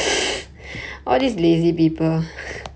I mean I mean go down to the car park road